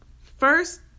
First